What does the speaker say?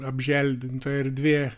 apželdinta erdvė